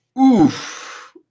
Oof